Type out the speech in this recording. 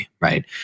right